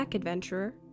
Adventurer